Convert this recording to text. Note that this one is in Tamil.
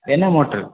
என்ன மோட்ரு